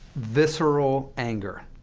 visceral anger.